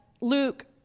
Luke